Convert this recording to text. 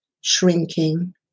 shrinking